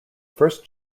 first